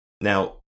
Now